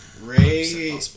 Ray